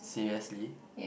seriously